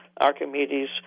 Archimedes